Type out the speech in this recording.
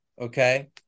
Okay